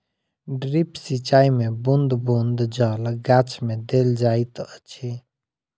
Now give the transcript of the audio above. drip सिचाई मे बूँद बूँद जल गाछ मे देल जाइत अछि